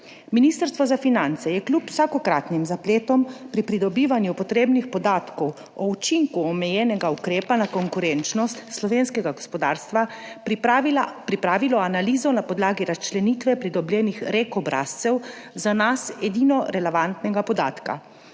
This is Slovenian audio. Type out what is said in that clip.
Ministrstvo za finance je kljub vsakokratnim zapletom pri pridobivanju potrebnih podatkov o učinku omejenega ukrepa na konkurenčnost slovenskega gospodarstva pripravilo analizo na podlagi razčlenitve pridobljenih obrazcev REK, za nas edinega relevantnega podatka.